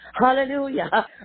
Hallelujah